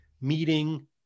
meeting